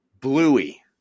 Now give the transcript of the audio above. bluey